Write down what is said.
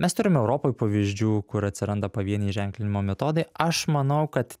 mes turim europoj pavyzdžių kur atsiranda pavieniai ženklinimo metodai aš manau kad